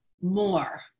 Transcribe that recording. more